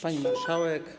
Pani Marszałek!